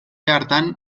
hartan